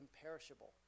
imperishable